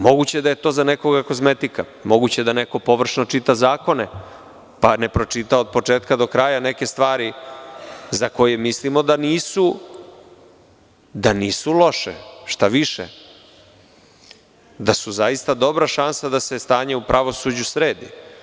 Moguće je da je to za nekoga kozmetika, moguće je da neko površno čita zakone, pa ne pročita od početka do kraja neke stvari, za koje mislimo da nisu loše, šta više, da su zaista dobra šansa da se stanje u pravosuđu sredi.